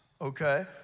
okay